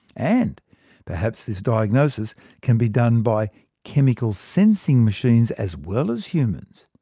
and perhaps this diagnosis can be done by chemical sensing machines as well as humans.